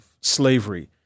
slavery